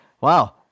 wow